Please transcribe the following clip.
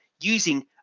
using